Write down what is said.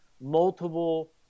multiple